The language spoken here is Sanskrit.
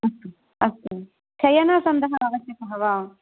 अस्तु अस्तु शयनसन्दः आवश्यकः वा